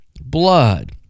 blood